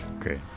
great